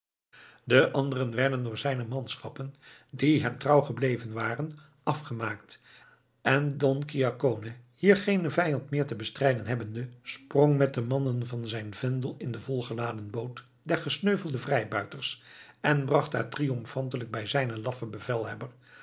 de anderen werden door zijne manschappen die hem trouw gebleven waren afgemaakt en don ciaccone hier geenen vijand meer te bestrijden hebbende sprong met de mannen van zijn vendel in de volgeladen boot der gesneuvelde vrijbuiters en bracht haar triomfantelijk bij zijnen laffen bevelhebber